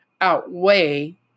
outweigh